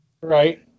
Right